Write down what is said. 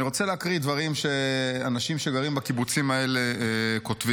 אני רוצה לקרוא דברים שאנשים שגרים בקיבוצים האלה כותבים.